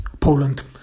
Poland